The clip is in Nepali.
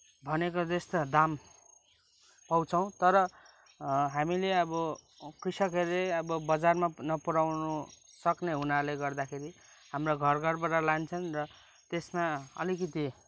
भनेको जस्तो दाम पाउँछौँ तर हामीले अब कृषकहरूले अब बजारमा नपुऱ्याउनु सक्ने हुनाले गर्दाखेरि हाम्रो घर घरबाट लान्छन् र त्यसमा अलिकति